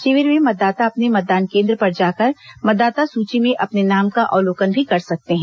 शिविर में मतदाता अपने मतदान केंद्र पर जाकर मतदाता सूची में अपने नाम का अवलोकन भी कर सकते हैं